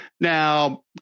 Now